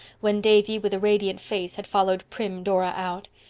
when davy, with a radiant face had followed prim dora out.